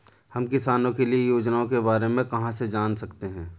हम किसानों के लिए योजनाओं के बारे में कहाँ से जान सकते हैं?